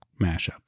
mashup